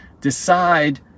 Decide